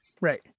Right